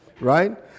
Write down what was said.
right